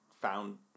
found